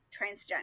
transgender